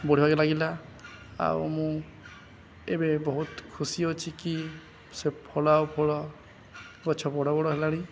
ବଢ଼ିବାକେ ଲାଗିଲା ଆଉ ମୁଁ ଏବେ ବହୁତ ଖୁସି ଅଛି କି ସେ ଫଳ ଆଉ ଫଳ ଗଛ ବଡ଼ ବଡ଼ ହେଲାଣି